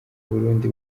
burundi